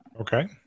Okay